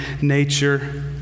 nature